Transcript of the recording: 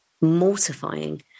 mortifying